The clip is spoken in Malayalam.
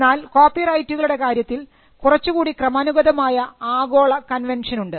എന്നാൽ കോപ്പിറൈറ്റുകളുടെ കാര്യത്തിൽ കുറച്ചുകൂടി ക്രമാനുഗതമായ ആഗോള കൺവെൻഷൻ ഉണ്ട്